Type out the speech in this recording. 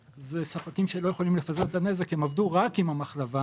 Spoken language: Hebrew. מדובר כאן בספקים שלא יכולים לפזר את הנזק כי הם עבדו רק עם המחלבה,